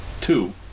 Two